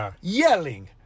yelling